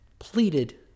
pleaded